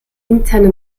interne